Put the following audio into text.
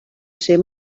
ser